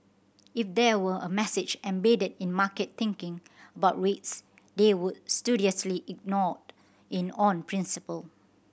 if there were a message embedded in market thinking about rates they would studiously ignored in on principle